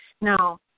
now